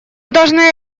должны